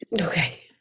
okay